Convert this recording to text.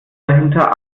dahinter